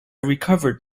recovered